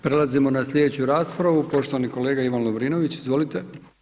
Prelazimo na slijedeću raspravu, poštovani kolega Ivan Lovrinović, izvolite.